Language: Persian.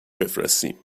بفرستیم